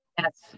Yes